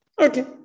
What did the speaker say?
Okay